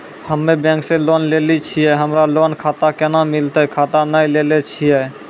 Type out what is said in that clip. हम्मे बैंक से लोन लेली छियै हमरा लोन खाता कैना मिलतै खाता नैय लैलै छियै?